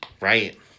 Right